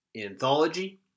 Anthology